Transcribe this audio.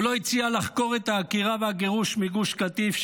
הוא לא הציע לחקור את העקירה והגירוש מגוש קטיף,